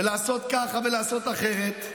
ולעשות ככה ולעשות אחרת.